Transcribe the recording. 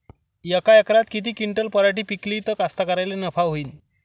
यका एकरात किती क्विंटल पराटी पिकली त कास्तकाराइले नफा होईन?